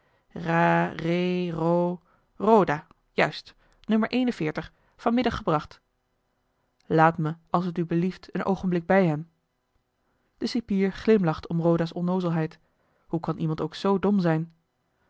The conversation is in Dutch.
roda juist nu vanmiddag gebracht laat me als het u belieft een oogenblik bij hem de cipier glimlacht om roda's onnoozelheid hoe kan iemand ook zoo dom zijn